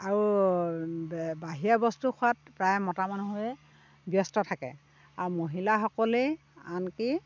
আৰু বাহিৰা বস্তু খোৱাত প্ৰায় মতা মানুহেই ব্যস্ত থাকে আৰু মহিলাসকলেই আনকি